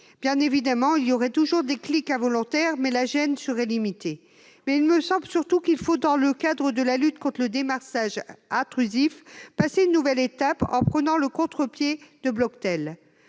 Bien évidemment, il y aurait toujours des clics involontaires, mais la gêne serait limitée. Il me semble surtout nécessaire, dans le cadre de la lutte conte le démarchage intrusif, de passer à une nouvelle étape en prenant le contrepied de Bloctel.